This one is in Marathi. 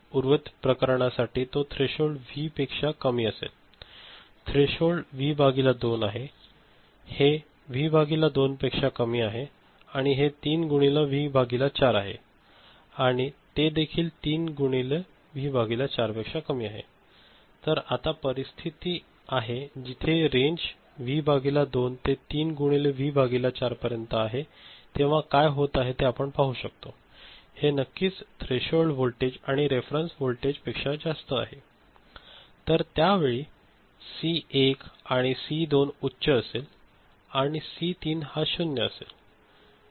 उर्वरित प्रकरणांसाठी तो त्रेशहोल्ड व्ही पेक्षा कमी असेल थ्रेशोल्ड व्ही भागिले दोन आहे हे व्ही भागिले दोन पेक्षा कमी आहे आणि हे तिन गुनिले व्ही भागिले चार आहे आणि ते देखील तिन गुनिले व्ही भागिले चार पेक्षा कमी आहे तर आता परिस्थिती आहे जिथे रेंज व्ही भागिले दोन ते तीन गुनिले व्ही भागिले चार पर्यंत आहे तेव्हा काय होत ते आपण पाहू शकतो हे नक्किच थ्रेशोल्ड वोल्टेज आणि रेफेरेंस वोल्टेज पेक्षा जास्त आहे तर त्यावेळी सी एक आणि सी दोन उच्च असेल आणि सी तीन आहे शून्य असेल